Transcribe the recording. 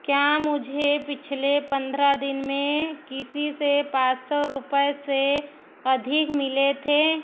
क्या मुझे पिछले पंद्रह दिन मे किसी से पाँच सौ रुपये से अधिक मिले थे